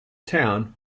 town